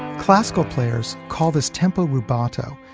classical players call this tempo rubato,